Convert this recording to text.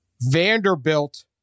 Vanderbilt